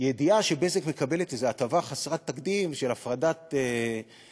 ידיעה ש"בזק" מקבלת איזו הטבה חסרת תקדים של הפרדה תאגידית,